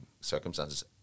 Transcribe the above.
circumstances